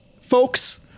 folks